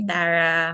Tara